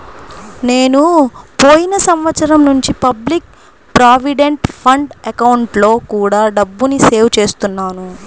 నేను పోయిన సంవత్సరం నుంచి పబ్లిక్ ప్రావిడెంట్ ఫండ్ అకౌంట్లో కూడా డబ్బుని సేవ్ చేస్తున్నాను